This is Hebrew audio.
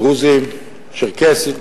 דרוזים, צ'רקסים,